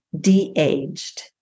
de-aged